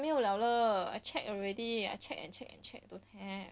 没有了了 I check already I check and check and check don't have